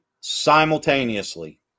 simultaneously